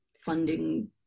funding